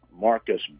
Marcus